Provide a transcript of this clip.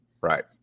Right